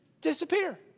disappear